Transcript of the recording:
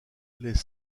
les